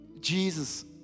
Jesus